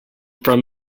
from